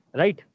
right